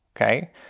Okay